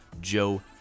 Joe